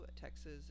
texas